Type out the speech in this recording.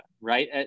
right